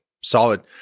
solid